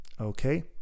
okay